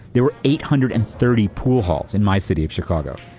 there were eight hundred and thirty pool halls in my city of chicago.